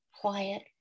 quiet